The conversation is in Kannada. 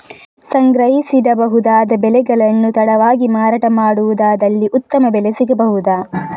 ಸಂಗ್ರಹಿಸಿಡಬಹುದಾದ ಬೆಳೆಗಳನ್ನು ತಡವಾಗಿ ಮಾರಾಟ ಮಾಡುವುದಾದಲ್ಲಿ ಉತ್ತಮ ಬೆಲೆ ಸಿಗಬಹುದಾ?